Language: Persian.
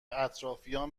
اطرافیام